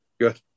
good